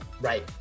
right